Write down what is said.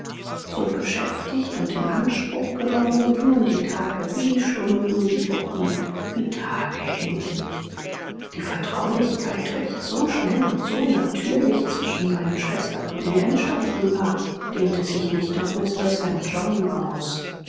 so beschäftigt und in anspruch genommen gingen die tage wie stunden die wochen wie tage hin die vertraulichkeit welche so schnell und so natürlich zwischen seinen schwestern und mir entstanden war dehnte sich nicht auf mr st john aus